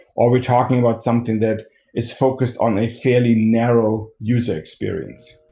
or are we talking about something that is focused on a fairly narrow user experience?